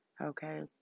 Okay